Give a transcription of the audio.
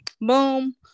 Boom